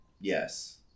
yes